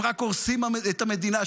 הם רק הורסים את המדינה.